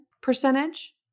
percentage